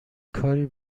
کاری